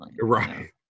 Right